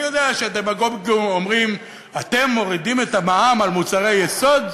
אני יודע שהדמגוגים אומרים: אתם מורידים את המע"מ על מוצרי יסוד?